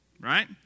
Right